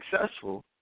successful